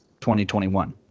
2021